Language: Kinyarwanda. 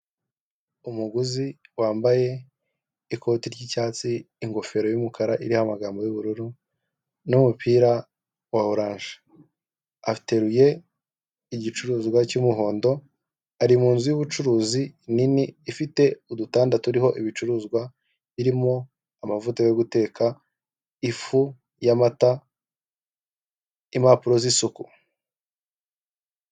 Umuguzi wambaye ikoti ry'icyatsi, ingofero y'umukara iriho amagambo y'ubururu n'umupira wa oranje; ateruye igicuruzwa cy'umuhondo, ari mu nzu y'ubucuruzi nini ifite udutanda turiho ibicuruzwa birimo: amavuta yo guteka, ifu y'amata, impapuro z'isuku.